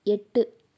எட்டு